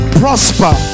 prosper